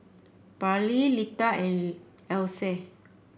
Parley Lita and Else